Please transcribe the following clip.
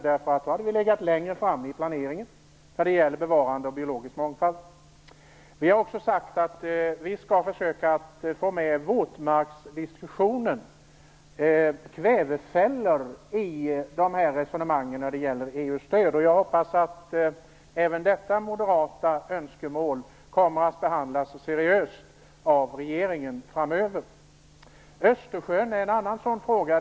Då hade vi kunnat ligga längre framme i planeringen när det gäller bevarande av biologisk mångfald. Vi vill också försöka att få med våtmarksdiskussionen och kvävefällor i resonemangen angående EU stöd. Jag hoppas att även detta moderata önskemål kommer att behandlas seriöst av regeringen framöver.